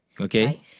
okay